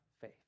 faith